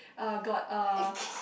uh got uh